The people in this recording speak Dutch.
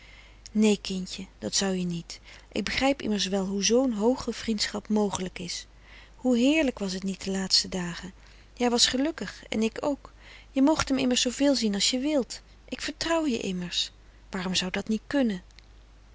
nee kintje dat zou je niet ik begrijp immers wel hoe zoo'n hooge vrindschap mogelijk is hoe heerlijk was het niet de laatste dagen jij was gelukkig en ik ook je moogt em immers zooveel zien als je wilt ik vertrouw je immers waarom zou dat niet kunne